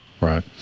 Right